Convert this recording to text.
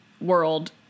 world